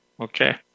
Okay